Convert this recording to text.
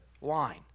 wine